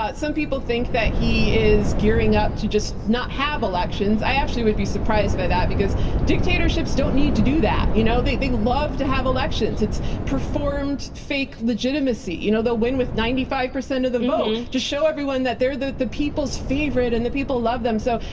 some people think that he is gearing up to just not have elections. i actually would be surprised by that because dictatorships don't need to do that. you know, they they love to have elections. it's performed fake legitimacy. you know, they'll win with ninety five percent of the vote to show everyone that they're the the people's favorite, and the people love them so,